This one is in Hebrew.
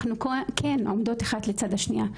אנחנו כן עומדות אחת לצד השנייה,